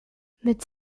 mit